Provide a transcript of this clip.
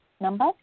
number